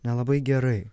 nelabai gerai